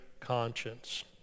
Conscience